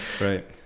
Right